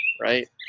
right